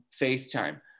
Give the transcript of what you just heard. FaceTime